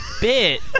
bit